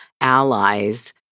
allies